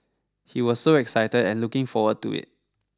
he was so excited and looking forward to it